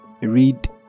read